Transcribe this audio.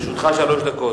לרשותך שלוש דקות.